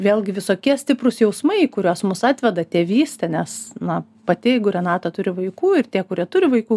vėlgi visokie stiprūs jausmai į kuriuos mus atveda tėvystė nes na pati jeigu renata turi vaikų ir tie kurie turi vaikų